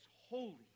holy